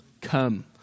Come